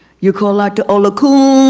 you call like to ola koon